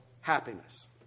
happiness